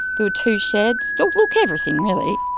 there were two sheds. look, everything really.